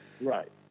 Right